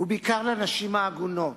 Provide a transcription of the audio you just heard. ובעיקר לנשים העגונות,